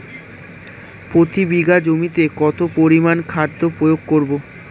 প্রতি বিঘা জমিতে কত পরিমান খাদ্য প্রয়োগ করব?